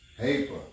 Paper